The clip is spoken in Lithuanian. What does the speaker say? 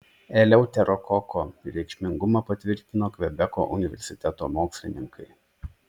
eleuterokoko reikšmingumą patvirtino kvebeko universiteto mokslininkai